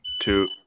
two